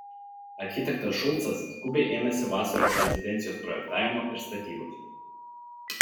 architektas šulcas skubiai ėmėsi vasaros rezidencijos projektavimo ir statybos